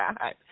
God